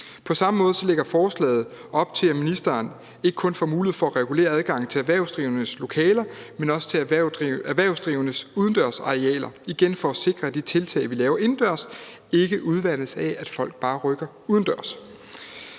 På samme måde lægger forslaget op til, at ministeren ikke kun får mulighed for at regulere adgangen til erhvervsdrivendes lokaler, men også til erhvervsdrivendes udendørsarealer. Det er igen for at sikre, at de tiltag, vi laver indendørs, ikke udvandes af, at folk bare rykker udendørs.